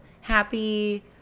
Happy